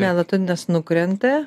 melatoninas nukrenta